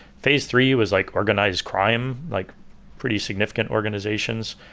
phase three was like organized crime, like pretty significant organizations.